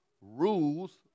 rules